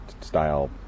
style